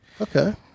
Okay